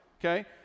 okay